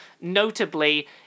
Notably